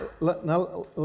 Now